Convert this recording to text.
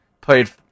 Played